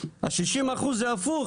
אז 60 אחוז זה הפוך,